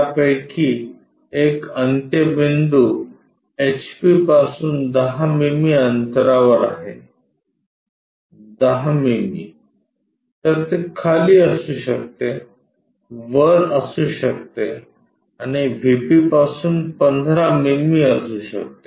त्यापैकी एक अंत्य बिंदू एचपी पासून 10 मिमी अंतरावर आहे 10 मिमी तर ते खाली असू शकते वर असू शकते आणि व्हीपी पासून 15 मिमी असू शकते